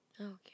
okay